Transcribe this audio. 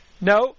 No